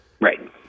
Right